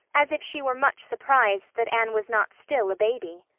as if she were much surprised that anne was not still a baby.